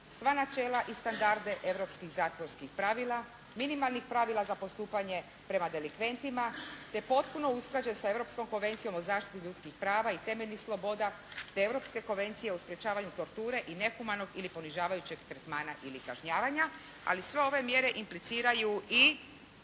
sva načela i standarde europskih zatvorskih pravila, minimalnih pravila za postupanje prema delikventima te potpuno usklađen sa Europskom konvencijom o zaštiti ljudskih prava i temeljnih sloboda te Europske konvencije o sprečavanju torture i nehumanog ili ponižavajućeg tretmana ili kažnjavanja. Ali sve ove mjere impliciraju i